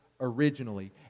originally